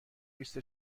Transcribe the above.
لیست